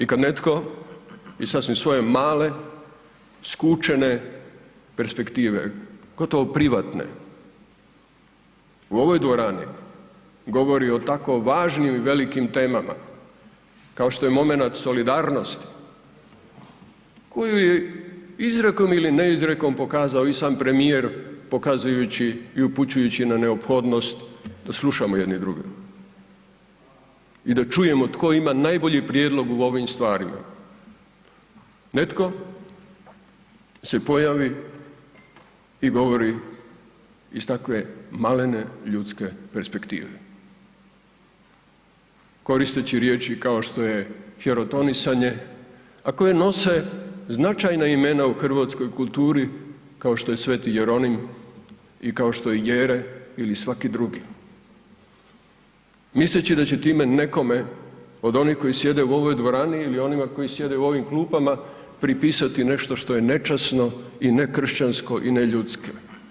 I kad netko iz sasvim svoje male skučene perspektive, gotovo privatne, u ovoj dvorani govori o tako važnim i velikim temama kao što je momenat solidarnosti koju je izrekom ili ne izrekom pokazao i sam premijer pokazujući i upućujući na neophodnost da slušamo jedni druge i da čujemo tko ima najbolji prijedlog u ovim stvarima, netko se pojavi i govori iz takve malene ljudske perspektive koristeći riječi kao što je hirotonisanjem a koje nose značajna imena u hrvatskoj kulturi kao što je Sv.Jeronim i kao što je Jere ili svaki drugi misleći da će time nekome od onih koji sjede u ovoj dvorani ili onima koji sjede u ovim klupama pripisati nešto što je nečasno i nekršćansko i neljudski.